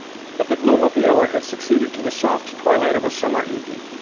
but the gloom of the hour had succeeded to the soft twilight of a summer evening,